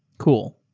cool.